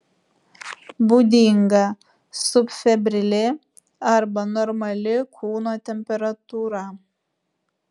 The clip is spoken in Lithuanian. būdinga subfebrili arba normali kūno temperatūra